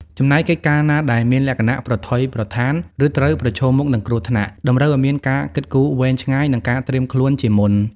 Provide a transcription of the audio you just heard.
ចំណែកកិច្ចការណាដែលមានលក្ខណៈប្រថុយប្រថាន ឬត្រូវប្រឈមមុខនឹងគ្រោះថ្នាក់ តម្រូវឱ្យមានការគិតគូរវែងឆ្ងាយ និងការត្រៀមខ្លួនជាមុន។